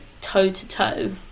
toe-to-toe